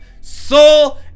soul